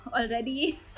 already